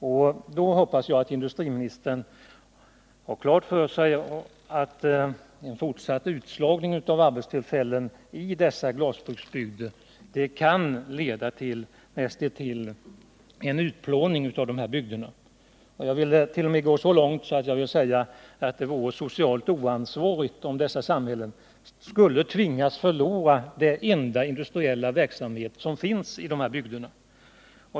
Jag hoppas att industriministern har klart för sig att en fortsatt utslagning av arbetstillfällen i glasbruksbygderna kan medföra näst intill en utplåning av dessa bygder. Ja, jag vill t.o.m. gå så långt att jag påstår att det vore socialt oansvarigt om dessa samhällen skulle tvingas förlora den enda industriella verksamhet som finns i de här bygderna.